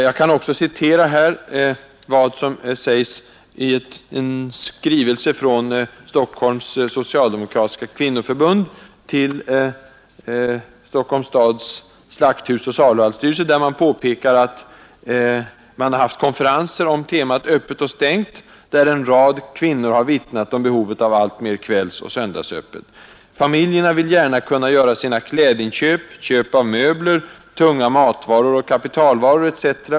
Jag kan också citera vad som sägs i en skrivelse från Stockholms socialdemokratiska kvinnoförbund till Stockholms stads slakthusoch saluhallsstyrelse, där det påpekas att man haft konferenser om temat ”öppet och stängt” och där en rad kvinnor har vittnat om behovet av alltmer kvällsoch söndagsöppet. ”Familjerna vill gärna kunna göra sina klädinköp, köp av möbler, tunga matvaror och kapitalvaror etc.